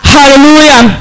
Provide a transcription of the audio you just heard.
Hallelujah